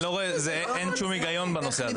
אין שום היגיון בנושא הזה.